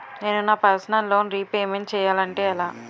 నేను నా personal loan repayment చేయాలంటే ఎలా?